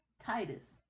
Titus